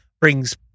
brings